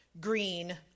green